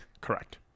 Correct